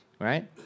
right